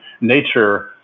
Nature